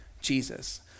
Jesus